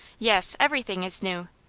yes, everything is new.